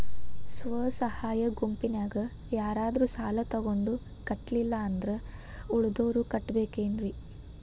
ಸ್ವ ಸಹಾಯ ಗುಂಪಿನ್ಯಾಗ ಯಾರಾದ್ರೂ ಸಾಲ ತಗೊಂಡು ಕಟ್ಟಿಲ್ಲ ಅಂದ್ರ ಉಳದೋರ್ ಕಟ್ಟಬೇಕೇನ್ರಿ?